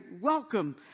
welcome